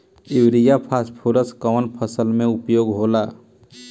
Urea phosphorus कवना फ़सल में उपयोग होला?